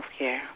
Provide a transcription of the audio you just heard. healthcare